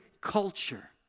culture